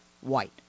white